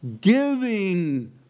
giving